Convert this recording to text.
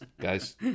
guy's